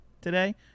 today